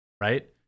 right